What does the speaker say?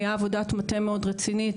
הייתה עבודת מטה מאוד מאוד רצינית,